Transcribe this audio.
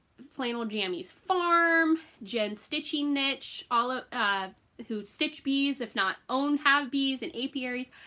flannel jammies farm, jen's stitching niche all ah of whose stitch bees. if not own have bees and apiaries.